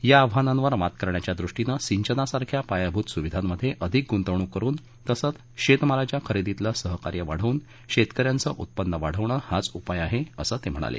या आव्हानांवर मात करण्याच्या दृष्टीनं सिंचनासारख्या पायाभूत सुविधांमध्ये अधिक गुंतवणूक करून तसंच शेतमालाच्या खरेदीतलं सहकार्य वाढवून शेतकऱ्यांचं उत्पन्न वाढवणं हाच उपाय आहे असं ते म्हणाले